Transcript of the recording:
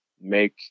make